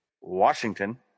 Washington